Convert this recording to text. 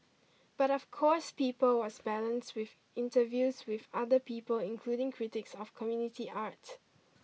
but of course people was balanced with interviews with other people including critics of community art